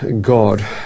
God